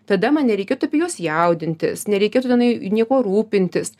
tada man nereikėtų apie juos jaudintis nereikėtų tenai niekuo rūpintis